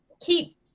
keep